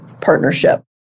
partnership